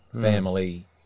family